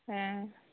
ᱦᱮᱸ